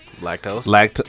Lactose